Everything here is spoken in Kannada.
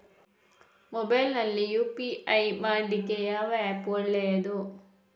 ಮೊಬೈಲ್ ನಲ್ಲಿ ಯು.ಪಿ.ಐ ಮಾಡ್ಲಿಕ್ಕೆ ಯಾವ ಆ್ಯಪ್ ಒಳ್ಳೇದು?